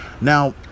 Now